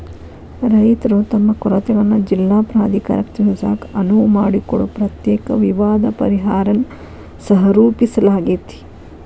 ರೈತರು ತಮ್ಮ ಕೊರತೆಗಳನ್ನ ಜಿಲ್ಲಾ ಪ್ರಾಧಿಕಾರಕ್ಕ ತಿಳಿಸಾಕ ಅನುವು ಮಾಡಿಕೊಡೊ ಪ್ರತ್ಯೇಕ ವಿವಾದ ಪರಿಹಾರನ್ನ ಸಹರೂಪಿಸಲಾಗ್ಯಾತಿ